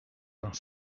vingt